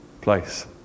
place